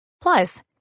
Plus